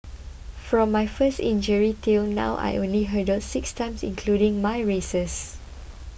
from my first injury till now I only hurdled six times including my races